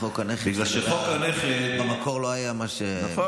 חוק הנכד שאתה מדבר עליו, במקור לא היה מה שהמשיך.